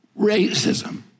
racism